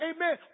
Amen